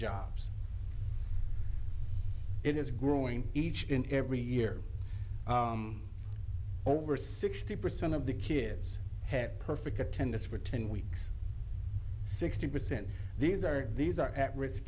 jobs it is growing each and every year over sixty percent of the kids have perfect attendance for ten weeks sixty percent these are these are at risk